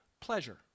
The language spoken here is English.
pleasure